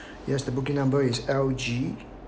yes the booking number is L G